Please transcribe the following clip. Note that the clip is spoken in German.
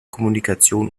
kommunikation